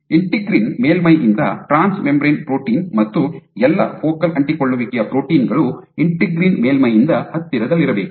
integrin ಮೇಲ್ಮೈಯಿಂದ transmembrane protein ಮತ್ತು ಎಲ್ಲಾ ಫೋಕಲ್ ಅಂಟಿಕೊಳ್ಳುವಿಕೆಯ ಪ್ರೋಟೀನ್ ಗಳು ಇಂಟೆಗ್ರಿನ್ ಮೇಲ್ಮೈಯಿಂದ ಹತ್ತಿರದಲ್ಲಿರಬೇಕು